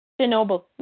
Chernobyl